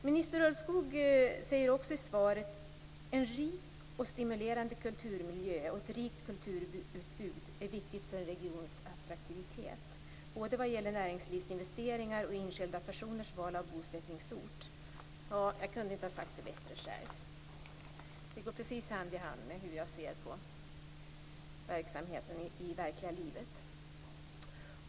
Minister Ulvskog säger i sitt svar också: "En rik och stimulerande kulturmiljö och ett rikt kulturutbud är viktigt för en regions attraktivitet, både vad gäller näringslivsinvesteringar och enskilda personers val av bosättningsort." Jag kunde inte ha sagt det bättre själv. Det är helt i linje med hur jag ser på förhållandena i det verkliga livet.